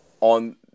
on